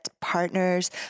partners